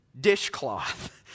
dishcloth